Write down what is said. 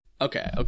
okay